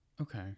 Okay